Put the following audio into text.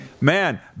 man